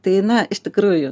tai na iš tikrųjų